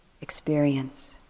experience